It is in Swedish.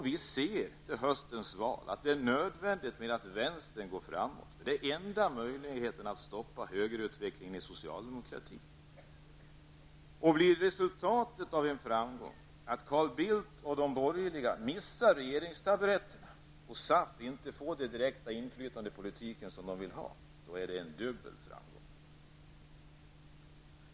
Vi ser inför höstens val att det är nödvändigt att vänstern går framåt eftersom det är enda möjligheten att stoppa högerutvecklingen i socialdemokratin. Om resultatet av en framgång blir att Carl Bildt och de borgerliga missar regeringstaburetterna och SAF inte får det direkta inflytande i politiken som de vill ha, är det en dubbel framgång.